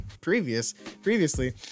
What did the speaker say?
previously